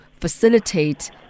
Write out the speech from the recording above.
facilitate